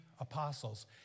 apostles